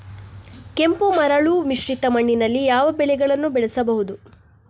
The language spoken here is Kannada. ಕೆಂಪು ಮರಳು ಮಿಶ್ರಿತ ಮಣ್ಣಿನಲ್ಲಿ ಯಾವ ಬೆಳೆಗಳನ್ನು ಬೆಳೆಸಬಹುದು?